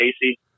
Casey